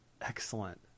Excellent